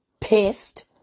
pissed